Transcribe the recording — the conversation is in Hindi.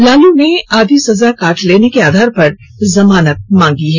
लालू ने आधी सजा काट लेने के आधार पर जमानत मांगी है